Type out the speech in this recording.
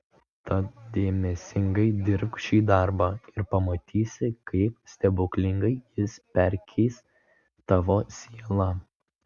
tad dėmesingai dirbk šį darbą ir pamatysi kaip stebuklingai jis perkeis tavo sielą